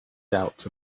doubts